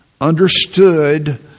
understood